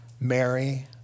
Mary